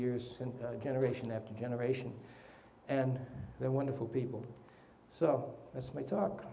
year and generation after generation and they're wonderful people so that's my talk